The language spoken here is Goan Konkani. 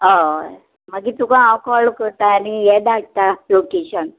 हय मागीर तुका हांव कॉल करतां आनी हें धाडटा लोकेशन